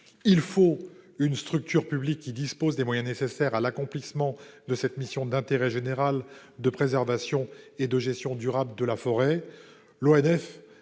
Il faut une structure publique qui dispose des moyens nécessaires à l'accomplissement de la mission d'intérêt général de préservation et de gestion durable de la forêt.